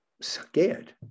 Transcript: scared